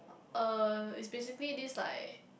uh it's basically this like